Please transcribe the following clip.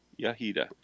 Yahida